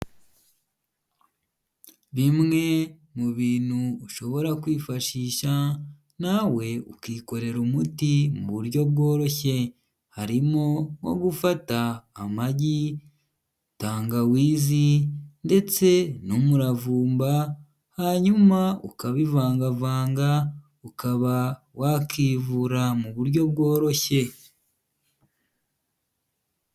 Bimwe mu bintu ushobora kwifashisha nawe ukikorera umuti mu buryo bworoshye, harimo nko gufata amagi, tangawizi, ndetse n'umuravumba, hanyuma ukabivangavanga, ukaba wakivura mu buryo bworoshye.